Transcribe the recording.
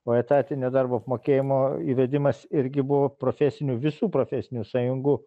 o etatinio darbo apmokėjimo įvedimas irgi buvo profesinių visų profesinių sąjungų